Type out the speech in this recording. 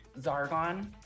Zargon